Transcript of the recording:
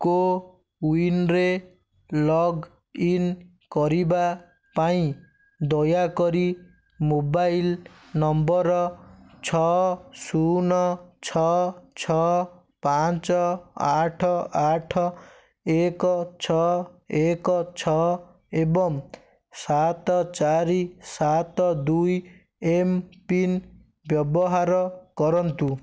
କୋୱିନରେ login କରିବା ପାଇଁ ଦୟାକରି ମୋବାଇଲ୍ ନମ୍ବର୍ ଛଅ ଶୂନ ଛଅ ଛଅ ପାଞ୍ଚ ଆଠ ଆଠ ଏକ ଛଅ ଏକ ଛଅ ଏବଂ ସାତ ଚାରି ସାତ ଦୁଇ ଏମ୍ପିନ୍ ବ୍ୟବହାର କରନ୍ତୁ